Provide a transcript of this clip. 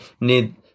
need